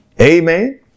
Amen